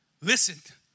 Listen